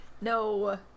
No